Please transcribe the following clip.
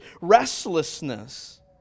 restlessness